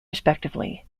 respectively